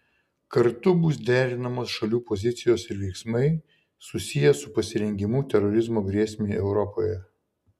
kartu bus derinamos šalių pozicijos ir veiksmai susiję su pasirengimu terorizmo grėsmei europoje